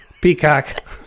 Peacock